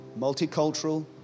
multicultural